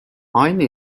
aynı